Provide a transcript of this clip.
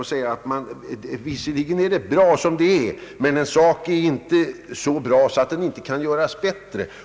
Visserligen kan det sägas att det är bra som det är, men en sak är inte så bra att den inte kan göras bättre.